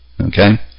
okay